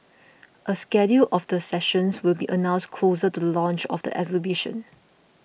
a schedule of the sessions will be announced closer to the launch of the exhibition